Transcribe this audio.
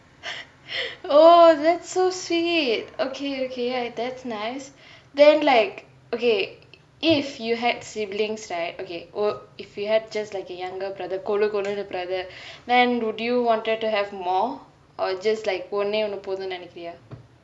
oh that's so sweet okay okay that's nice then like okay if you had siblings right okay !whoa! if you had just like a younger brother கொலு கொலுனு:golu golunu brother then would you wanted to have more or just like ஒன்னே ஒன்னு போதுனு நெனக்கிரியா:onne onnu pothunu nenaikiriyaa